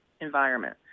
environment